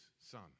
son